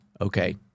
okay